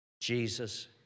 Jesus